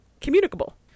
communicable